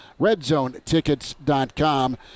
RedZoneTickets.com